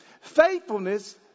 faithfulness